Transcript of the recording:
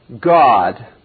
God